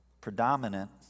predominant